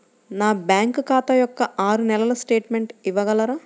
నా బ్యాంకు ఖాతా యొక్క ఆరు నెలల స్టేట్మెంట్ ఇవ్వగలరా?